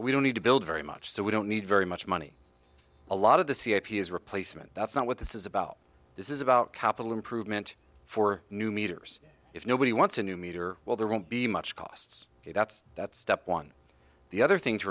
we don't need to build very much so we don't need very much money a lot of the c h p is replacement that's not what this is about this is about capital improvement for new meters if nobody wants a new meter well there won't be much costs that's that's step one the other thing to